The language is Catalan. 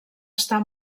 estar